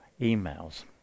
emails